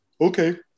Okay